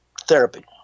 therapy